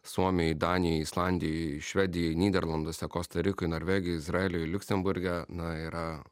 suomijoj danijoj islandijoj švedijoj nyderlanduose kosta rikoj norvegijoj izraely liuksemburge na yra